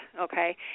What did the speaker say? okay